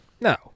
No